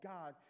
God